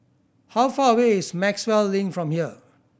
how far away is Maxwell Link from here